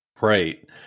Right